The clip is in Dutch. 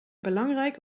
belangrijk